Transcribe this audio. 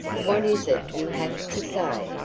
what is it you have to say?